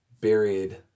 buried